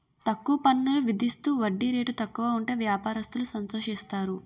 తక్కువ పన్నులు విధిస్తూ వడ్డీ రేటు తక్కువ ఉంటే వ్యాపారస్తులు సంతోషిస్తారు